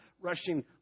rushing